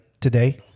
today